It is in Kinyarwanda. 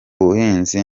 buhinzi